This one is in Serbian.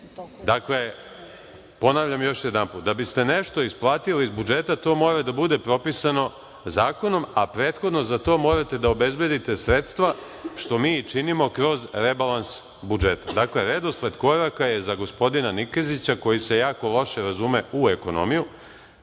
zakonom. Ponavljam još jedanput. Da biste nešto isplatili iz budžeta, to mora da bude propisano zakonom, a prethodno za to morate da obezbedite sredstva, što mi i činimo kroz rebalans budžeta. Dakle, redosled koraka je za gospodina Nikezića koji se jako loše razume u ekonomiju,